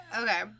Okay